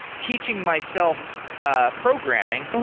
teaching myself ah programming,